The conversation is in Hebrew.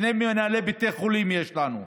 שני מנהלי בתי חולים יש לנו,